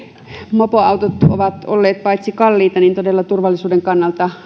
mopoautot ovat olleet paitsi kalliita myös turvallisuuden kannalta